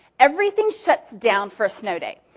everything shuts down for a snow day.